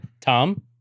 Tom